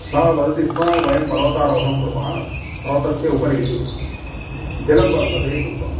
सा वदति स्म वयं पर्वतारोहणं कुर्मः पर्वतस्य उपरि जलं वर्तते इति उक्तवन्तः